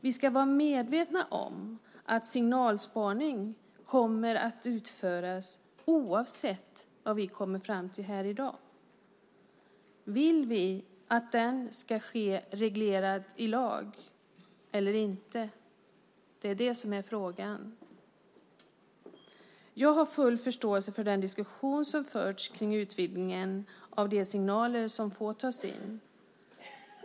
Vi ska vara medvetna om att signalspaning kommer att utföras oavsett vad vi kommer fram till här i dag. Vill vi att den ska ske reglerad i lag eller inte? Det är det som är frågan. Jag har full förståelse för den diskussion som har förts om utvidgningen av de signaler som får tas in.